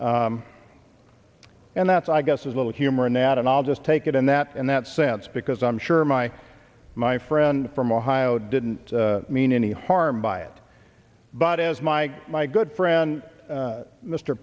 and that's i guess is a little humor in that and i'll just take it in that in that sense because i'm sure my my friend from ohio didn't mean any harm by it but as my my good friend